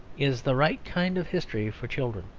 is the right kind of history for children.